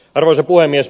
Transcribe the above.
arvoisa puhemies